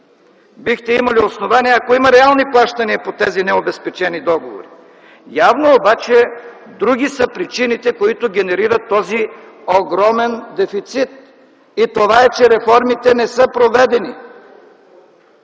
Бихте имали основание, ако има реални плащания по тези необезпечени договори. Явно е обаче – други са причините, които генерират този огромен дефицит - това е, че реформите не са проведени.